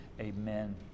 amen